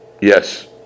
Yes